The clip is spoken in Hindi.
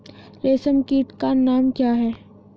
रेशम कीट का नाम क्या है?